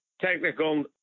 technical